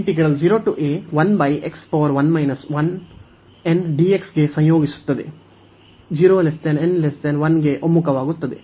ಗೆ ಸಂಯೋಗಿಸುತ್ತದೆ 0 n 1 ಗೆ ಒಮ್ಮುಖವಾಗುತ್ತದೆ